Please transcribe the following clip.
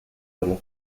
dolor